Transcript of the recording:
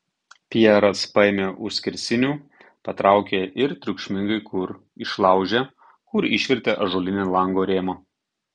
pjeras paėmė už skersinių patraukė ir triukšmingai kur išlaužė kur išvertė ąžuolinį lango rėmą